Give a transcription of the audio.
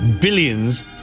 billions